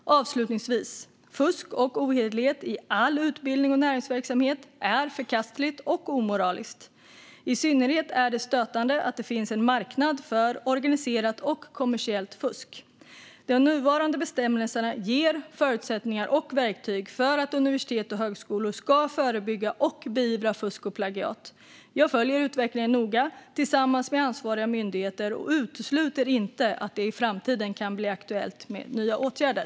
Avslutningsvis: Fusk och ohederlighet i all utbildning och näringsverksamhet är förkastligt och omoraliskt. I synnerhet är det stötande att det finns en marknad för organiserat och kommersiellt fusk. De nuvarande bestämmelserna ger förutsättningar och verktyg för att universitet och högskolor ska förebygga och beivra fusk och plagiat. Jag följer utvecklingen noga tillsammans med ansvariga myndigheter och utesluter inte att det i framtiden kan bli aktuellt med nya åtgärder.